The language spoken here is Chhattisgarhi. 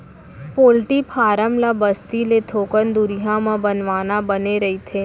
पोल्टी फारम ल बस्ती ले थोकन दुरिहा म बनवाना बने रहिथे